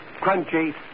crunchy